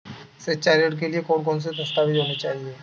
शिक्षा ऋण के लिए कौन कौन से दस्तावेज होने चाहिए?